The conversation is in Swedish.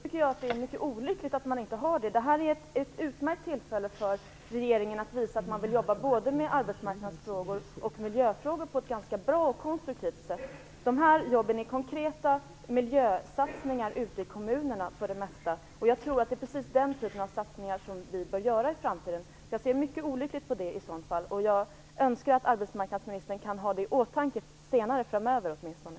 Fru talman! Jag tycker att det är mycket olyckligt att man inte har det. Det här är ett utmärkt tillfälle för regeringen att visa att den vill jobba positivt både med arbetsmarknadsfrågor och med miljöfrågor. Det gäller för det mesta konkreta miljösatsningar ute i kommunerna, och jag tror att det är precis den typen av satsningar som vi bör göra i framtiden. Jag ser beskedet som mycket olyckligt, och jag önskar att arbetsmarknadsministern åtminstone framöver kunde ha min fråga i åtanke.